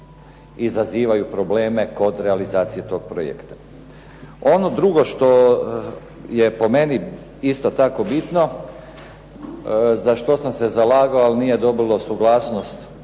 izazivaju probleme kod realizacije tog projekta. Ono drugo što je po meni isto tako bitno, za što sam se zalagao, ali nije dobilo suglasnost